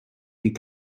die